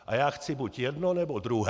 A já chci jedno, nebo druhé.